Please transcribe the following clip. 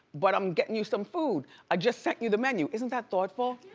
but i'm getting you some food. i just sent you the menu. isn't that thoughtful?